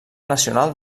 nacional